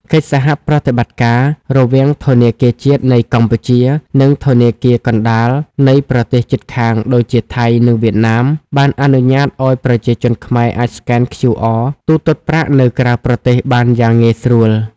កិច្ចសហប្រតិបត្តិការរវាងធនាគារជាតិនៃកម្ពុជា និងធនាគារកណ្ដាលនៃប្រទេសជិតខាង (ដូចជាថៃ និងវៀតណាម) បានអនុញ្ញាតឱ្យប្រជាជនខ្មែរអាចស្កែន QR ទូទាត់ប្រាក់នៅក្រៅប្រទេសបានយ៉ាងងាយស្រួល។